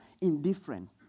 indifferent